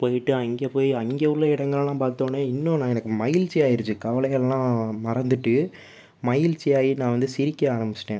போயிட்டு அங்கே போய் அங்கே உள்ளே இடங்களெல்லாம் பார்த்தவொன்னே இன்னும் நான் எனக்கு மகிழ்ச்சி ஆயிடுச்சி கவலைகளெலாம் மறந்துட்டு மகிழ்ச்சியாகி நான் வந்து சிரிக்க ஆரம்பிச்சுட்டேன்